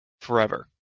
forever